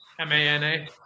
M-A-N-A